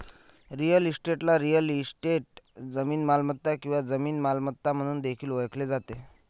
real इस्टेटला real estate, जमीन मालमत्ता किंवा जमीन मालमत्ता म्हणून देखील ओळखले जाते